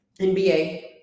NBA